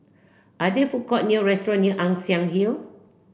are there food courts near restaurants Ann Siang Hill